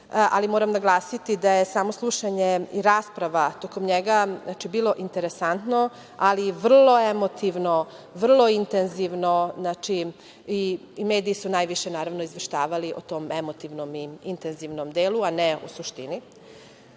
ali moram naglasiti da je samo slušanje i rasprava tokom bila interesantna, ali i vrlo emotivno, intenzivno i mediji su najviše izveštavali o tom emotivnom i intenzivnom delu, a ne o suštini. Moram